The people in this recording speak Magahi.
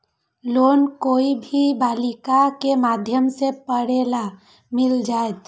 लोन कोई भी बालिका के माध्यम से पढे ला मिल जायत?